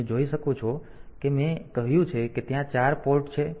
તમે જોઈ શકો છો કે મેં કહ્યું છે કે ત્યાં 4 પોર્ટ છે